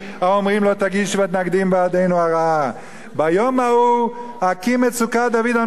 בעדינו הרעה ביום ההוא אקים את סֻכת דויד הנופלת וגדרתי